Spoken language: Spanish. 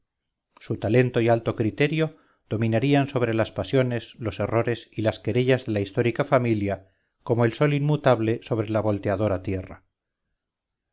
su talento y alto criterio dominarían sobre las pasiones los errores y las querellas de la histórica familia como el sol inmutable sobre la volteadora tierra